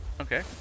Okay